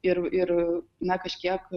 ir ir na kažkiek